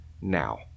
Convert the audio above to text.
now